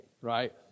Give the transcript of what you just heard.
Right